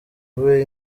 ube